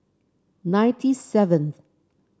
ninety seventh